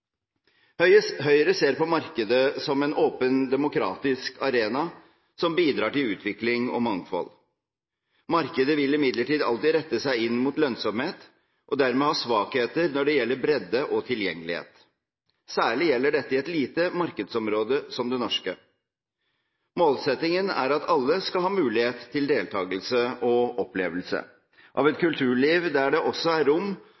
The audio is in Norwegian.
Høyre ser på markedet som en åpen, demokratisk arena som bidrar til utvikling og mangfold. Markedet vil imidlertid alltid rette seg inn mot lønnsomhet og dermed ha svakheter når det gjelder bredde og tilgjengelighet. Særlig gjelder dette i et lite markedsområde som det norske. Målsettingen er at alle skal ha mulighet til deltagelse og opplevelse av et kulturliv, der det også er rom